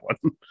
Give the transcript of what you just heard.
one